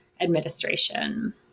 administration